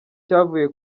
cyavuye